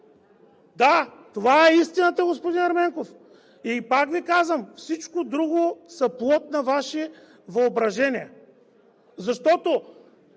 Да, това е истината, господи Ерменков. И пак Ви казвам, всичко друго е плод на Вашето въображение, защото